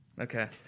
Okay